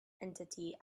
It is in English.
entity